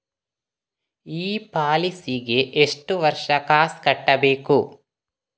ಈ ಪಾಲಿಸಿಗೆ ಎಷ್ಟು ವರ್ಷ ಕಾಸ್ ಕಟ್ಟಬೇಕು?